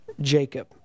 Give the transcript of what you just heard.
Jacob